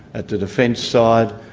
at the defence side,